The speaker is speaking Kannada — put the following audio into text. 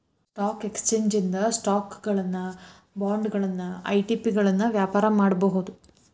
ಸ್ಟಾಕ್ ಎಕ್ಸ್ಚೇಂಜ್ ಇಂದ ಸ್ಟಾಕುಗಳನ್ನ ಬಾಂಡ್ಗಳನ್ನ ಇ.ಟಿ.ಪಿಗಳನ್ನ ವ್ಯಾಪಾರ ಮಾಡಬೋದು